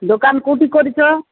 ଦୋକାନ କୋଉଠି କରିଛ